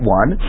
one